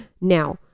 Now